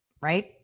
right